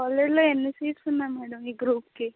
కాలేజ్లో ఎన్ని సీట్స్ ఉన్నాయి మ్యాడం ఈ గ్రూప్కి